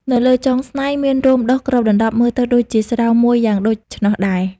នៅលើចុងស្នែងមានរោមដុះគ្របដណ្ដប់មើលទៅដូចជាស្រោមមួយយ៉ាងដូច្នោះដែរ។